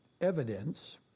evidence